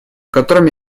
котором